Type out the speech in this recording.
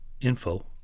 info